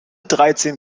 dreizehn